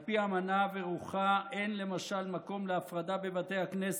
על פי האמנה ורוחה אין למשל מקום להפרדה בבתי הכנסת,